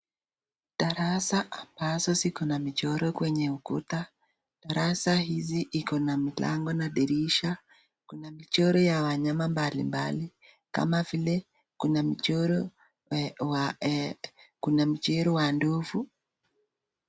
Darasa ambazo ziko na michoro kwenye ukuta .Darasa hizi iko na milango na dirisha. Kuna michoro ya wanyama mbalimbali kama vile kuna mchoro wa ndovu.